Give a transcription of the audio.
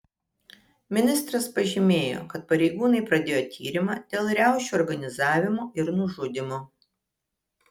ministras pažymėjo kad pareigūnai pradėjo tyrimą dėl riaušių organizavimo ir nužudymo